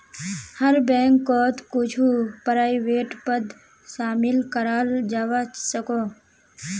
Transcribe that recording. हर बैंकोत कुछु प्राइवेट पद शामिल कराल जवा सकोह